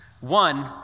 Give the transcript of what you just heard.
one